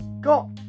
got